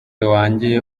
wanjye